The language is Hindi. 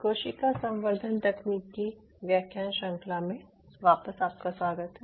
कोशिका संवर्धन तकनीक की व्याख्यान श्रृंखला में वापस आपका स्वागत है